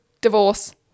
Divorce